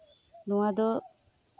ᱱᱚᱣᱟ ᱫᱚ